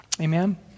Amen